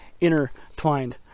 intertwined